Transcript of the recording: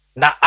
na